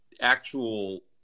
actual